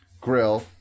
grill